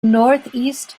northeast